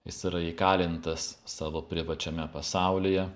jis yra įkalintas savo privačiame pasaulyje